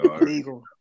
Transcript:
legal